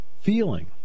feeling